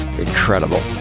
Incredible